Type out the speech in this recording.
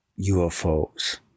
UFOs